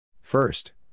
First